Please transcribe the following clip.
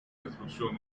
destrucción